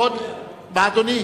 מה אדוני,